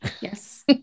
Yes